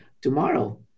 tomorrow